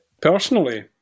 Personally